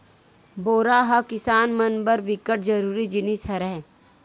बोरा ह किसान मन बर बिकट जरूरी जिनिस हरय